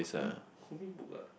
um comic book ah